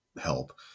help